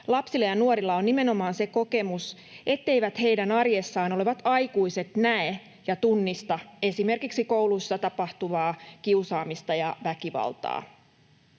lapsilla ja nuorilla on nimenomaan se kokemus, etteivät heidän arjessaan olevat aikuiset näe ja tunnista esimerkiksi kouluissa tapahtuvaa kiusaamista ja väkivaltaa.